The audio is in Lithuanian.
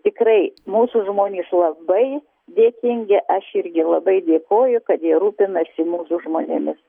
tikrai mūsų žmonės labai dėkingi aš irgi labai dėkoju kad jie rūpinasi mūsų žmonėmis